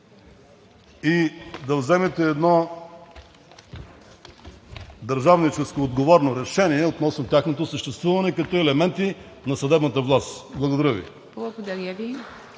и да вземете едно държавническо отговорно решение относно тяхното съществуване, като елементи на съдебната власт. Благодаря Ви.